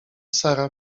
sara